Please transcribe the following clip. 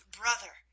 brother